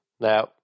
Now